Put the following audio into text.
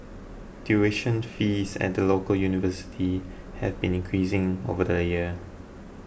tuition fees at the local universities have been increasing over the years